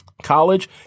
College